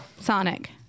Sonic